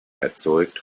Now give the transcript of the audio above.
erzeugt